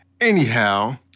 anyhow